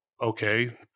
okay